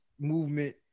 movement